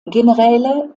generäle